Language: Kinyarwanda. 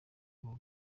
uwo